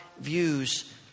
views